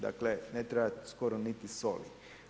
Dakle, ne treba skoro niti soli.